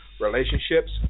relationships